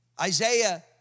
Isaiah